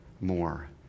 more